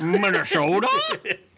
Minnesota